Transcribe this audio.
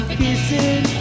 kissing